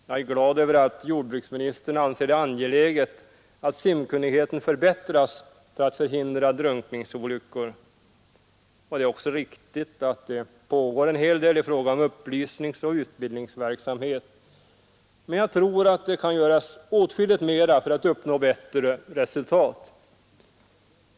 Jag är glad över att jordbruksministern anser det angeläget att simkunnigheten förbättras för att förhindra drunkningsolyckor. Det är också riktigt att det pågår en hel del i fråga om upplysningsoch utbildningsverksamhet, men jag tror att det kan göras åtskilligt mera för att uppnå bättre resultat.